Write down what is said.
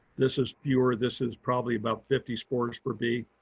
this is fewer, this is probably about fifty spores per bee.